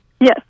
Yes